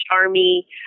army